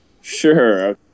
Sure